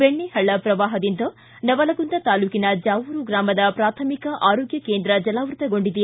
ಬೆಣ್ಣಹಳ್ಳ ಪ್ರವಾಹದಿಂದ ನವಲಗುಂದ ತಾಲೂಕಿನ ಚಾವೂರ ಗ್ರಾಮದ ಪ್ರಾಥಮಿಕ ಆರೋಗ್ಯ ಕೇಂದ್ರ ಜಲಾವೃತಗೊಂಡಿದೆ